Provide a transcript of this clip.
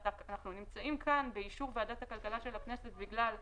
אנחנו נמצאים בוועדת הכלכלה של הכנסת, בגלל ש-2(ב)